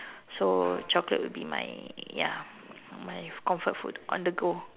so chocolate will be my ya my comfort food on the go